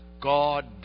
God